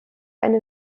eine